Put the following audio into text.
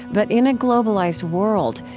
but in a globalized world,